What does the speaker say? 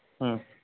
হুম